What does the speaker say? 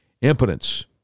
impotence